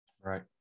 Right